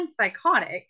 psychotic